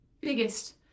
biggest